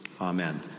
Amen